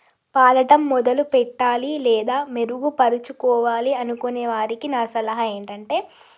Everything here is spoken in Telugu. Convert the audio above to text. పాడటం మొదలు పెట్టాలి లేదా మెరుగుపరుచుకోవాలి అనుకునే వారికి నా సలహా ఏంటంటే